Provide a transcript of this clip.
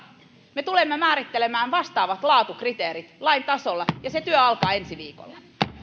me tulemme määrittelemään vastaavat laatukriteerit lain tasolla ja se työ alkaa ensi viikolla